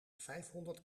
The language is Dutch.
vijfhonderd